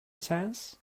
chance